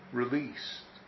released